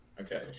Okay